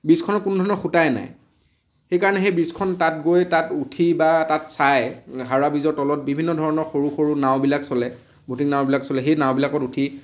ব্ৰীজখনৰ কোনো ধৰণৰ খুঁটাই নাই সেই কাৰণে সেই ব্ৰীজখন তাত গৈ তাত উঠি বা তাত চাই হাওৰা ব্ৰীজৰ তলত বিভিন্ন ধৰণৰ সৰু সৰু নাওবিলাক চলে গুটি নাওবিলাক চলে সেই নাওবিলাকত উঠি